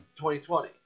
2020